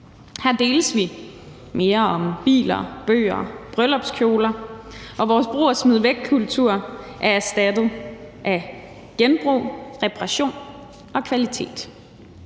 Her deles vi mere om biler, bøger, bryllupskjoler, og vores brug og smid væk-kultur er erstattet af genbrug, reparation og kvalitet.